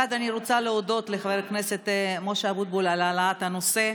אני רוצה להודות לחבר הכנסת משה אבוטבול על העלאת הנושא.